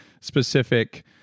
specific